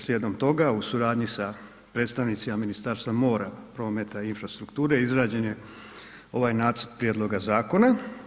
Slijedom toga, u suradnji sa predstavnicima Ministarstva mora, prometa i infrastrukture izrađen je ovaj nacrt prijedloga zakona.